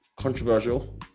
Controversial